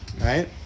Right